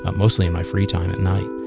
ah mostly in my free time at night,